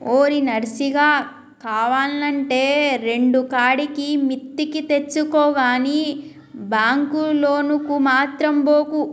ఓరి నర్సిగా, కావాల్నంటే రెండుకాడికి మిత్తికి తెచ్చుకో గని బాంకు లోనుకు మాత్రం బోకు